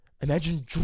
Imagine